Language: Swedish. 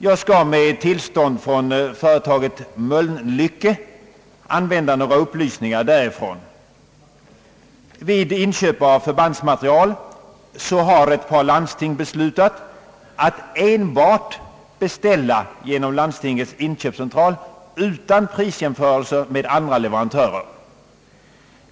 Jag skall med tillstånd från företaget Mölnlycke använda några upplysningar därifrån. Vid inköp av förbandsmateriel har ett par landsting beslutat att enbart beställa genom Landstingens inköpscentral utan prisjämförelse med andra leverantörer.